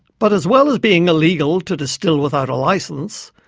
but as well as being illegal to distil without a licence,